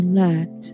let